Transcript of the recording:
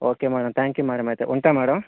okay madam thank you madam అయితే ఉంటా madam